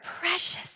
precious